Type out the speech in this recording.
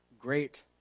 Great